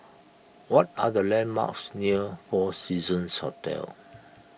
what are the landmarks near four Seasons Hotel